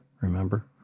remember